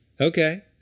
Okay